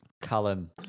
Callum